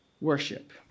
worship